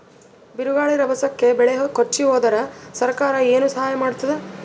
ಬಿರುಗಾಳಿ ರಭಸಕ್ಕೆ ಬೆಳೆ ಕೊಚ್ಚಿಹೋದರ ಸರಕಾರ ಏನು ಸಹಾಯ ಮಾಡತ್ತದ?